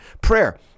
prayer